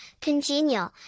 congenial